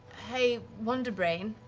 hey, wonderbrain.